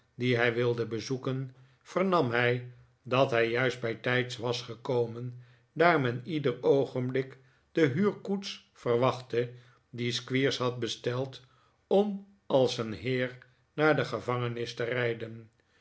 dien hij wilde bezoeken vernam hij dat hij juist bijtijds was gekomen daar men ieder oogenblik de huurkoets verwachtte die squeers had besteld om als een heer naar de gevangenis te rijden